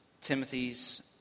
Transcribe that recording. Timothy's